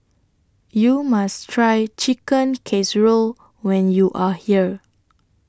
YOU must Try Chicken Casserole when YOU Are here